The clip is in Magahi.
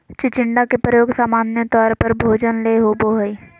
चिचिण्डा के प्रयोग सामान्य तौर पर भोजन ले होबो हइ